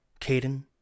Caden